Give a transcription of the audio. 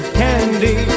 candy